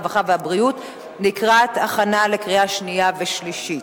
הרווחה והבריאות להכנה לקריאה שנייה ושלישית.